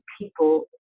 people